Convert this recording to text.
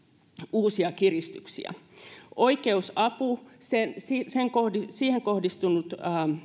uusia kiristyksiä oikeusapuun kohdistunut